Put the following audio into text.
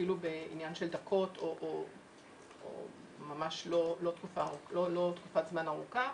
אפילו בעניין של דקות או ממש לא תקופת זמן ארוכה.